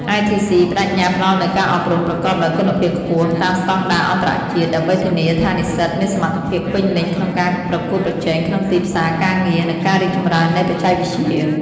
ITC ប្តេជ្ញាផ្តល់នូវការអប់រំប្រកបដោយគុណភាពខ្ពស់ តាមស្តង់ដារអន្តរជាតិ ដើម្បីធានាថានិស្សិតមានសមត្ថភាពពេញលេញក្នុងការប្រកួតប្រជែងក្នុងទីផ្សារការងារ និងការរីកចម្រើននៃបច្ចេកវិទ្យា។